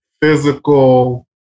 physical